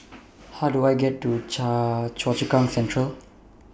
How Do I get to Choa Choa Chu Kang Central